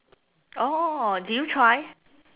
orh did you try